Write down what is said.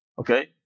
Okay